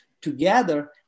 together